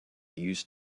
used